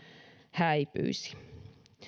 häipyisi